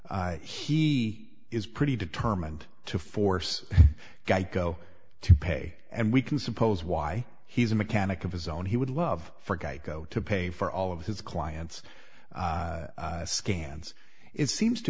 he is pretty determined to force geico to pay and we can suppose why he's a mechanic of his own he would love for geico to pay for all of his clients scans it seems to